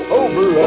over